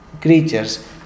creatures